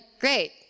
great